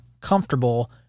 comfortable